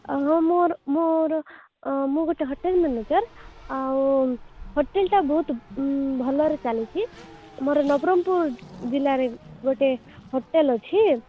ହଁ ମୋର ମୋର ମୁଁ ଗୋଟେ ହୋଟେଲ୍ ମ୍ୟାନେଜର୍ ଆଉ ହୋଟେଲ୍ଟା ବହୁତ ଭଲରେ ଚାଲିଛି ମୋର ନବରଙ୍ଗପୁର ଜିଲ୍ଲାରେ ଗୋଟେ ହୋଟେଲ୍ ଅଛି